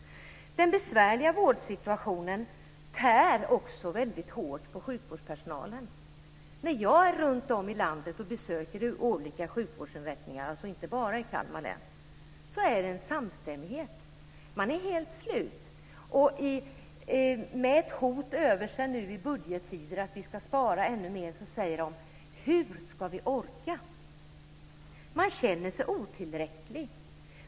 Den besvärliga vårdsituationen tär också mycket hårt på sjukvårdspersonalen. När jag besöker olika sjukvårdsinrättningar runt om i landet - alltså inte bara i Kalmar län - är det en samstämmighet. Man är helt slut. Med ett hot över sig nu i budgettider om att vi ska spara ännu mer, säger de: Hur ska vi orka? Man känner sig otillräcklig.